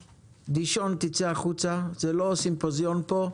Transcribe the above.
דישון תצא החוצה, זה לא סימפוזיון פה,